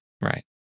Right